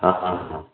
ହଁ ହଁ ହଁ